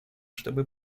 чтобы